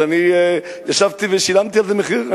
אז ישבתי ושילמתי על זה מחיר.